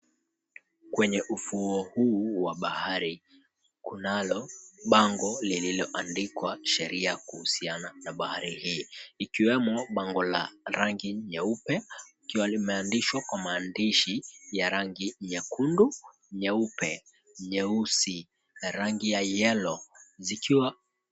Kwenye ufuo huu wa bahari, kunalo bango lililoandikwa "Sheria Kuhusiana na Bahari Hii". Ikiwemo bango la rangi nyeupe, ikiwa limeandishwa kwa maandishi ya rangi nyekundu, nyeupe, nyeusi, na rangi ya yellow , zikiwa...